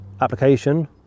application